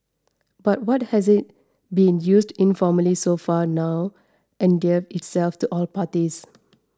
but what has been used informally so far has now endeared itself to all parties